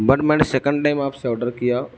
but میں نے second time آپ سے آرڈر کیا